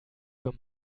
für